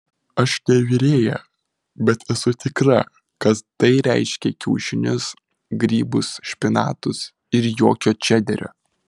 aš ne virėja bet esu tikra kad tai reiškia kiaušinius grybus špinatus ir jokio čederio